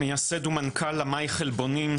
מייסד ומנכ"ל אמאי חלבונים,